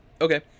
okay